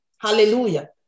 Hallelujah